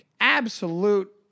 absolute